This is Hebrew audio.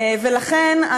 ולכן,